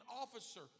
officer